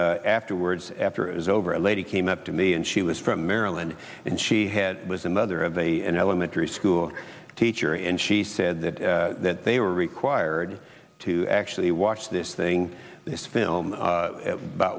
afterwards after it was over a lady came up to me and she was from maryland and she had was a mother of a an elementary school teacher and she said that they were required to actually watch this thing this film about